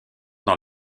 dans